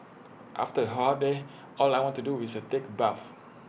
after A hot day all I want to do is A take bath